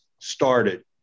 started